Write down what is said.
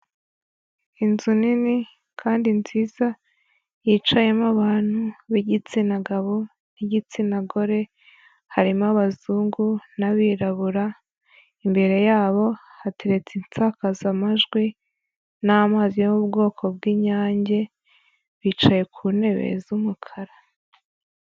Inzu nini kandi nziza yicayemo abantu b'igitsina gabo n'igitsina gore, harimo abazungu n'abirabura, imbere yabo hateretse insakazamajwi n'amazi yo mu bwoko bw'Inyange, bicaye ku ntebe z'umukara.